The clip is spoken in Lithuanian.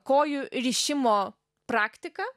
kojų rišimo praktiką